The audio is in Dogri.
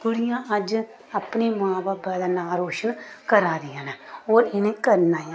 कुड़ियां अज्ज अपनी मां बब्बै दा नांऽ रोशन करा दियां न होर इ'नें करना ऐ